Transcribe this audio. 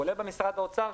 כולל משרד האוצר,